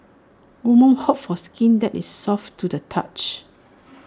women hope for skin that is soft to the touch